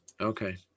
okay